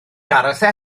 gareth